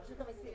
רשות המיסים.